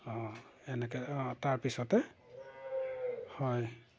অঁ এনেকৈ অঁ তাৰপিছতে হয়